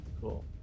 Cool